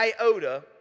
iota